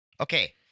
okay